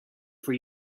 for